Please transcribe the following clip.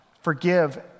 forgive